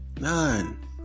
None